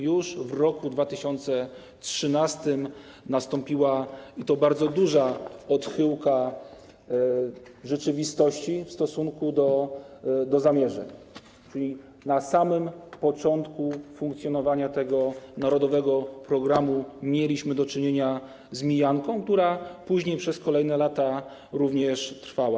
Już w roku 2013 nastąpiła, i to bardzo duża, odchyłka rzeczywistości w stosunku do zamierzeń, czyli na samym początku funkcjonowania tego narodowego programu mieliśmy do czynienia z mijanką, która później przez kolejne lata również trwała.